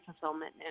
fulfillment